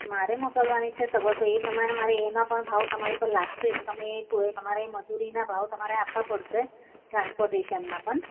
મારે મોકલવાની છે સગવડ તો એ પ્રમાણે મારે એના પણ ભાવ તમારી પર લાગશે એટલે તમે એ કો તમારે મજૂરીના ભાવ તમારે આપવા પડશે ટ્રાન્સ્પોટેશનના પણ